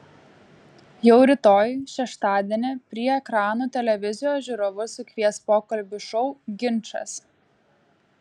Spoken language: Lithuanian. jau rytoj šeštadienį prie ekranų televizijos žiūrovus sukvies pokalbių šou ginčas